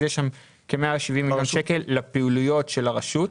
אז יש שם כ-170 מיליון שקל לפעילויות של הרשות.